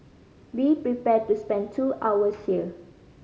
be prepared to spend two hours here